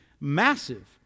massive